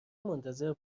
منتظر